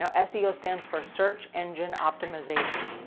um seo stands for search engine optimization.